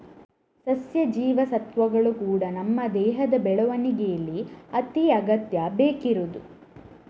ಸಸ್ಯ ಜೀವಸತ್ವಗಳು ಕೂಡಾ ನಮ್ಮ ದೇಹದ ಬೆಳವಣಿಗೇಲಿ ಅತಿ ಅಗತ್ಯ ಬೇಕಿರುದು